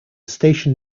station